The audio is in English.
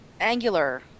angular